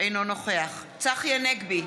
אינו נוכח צחי הנגבי,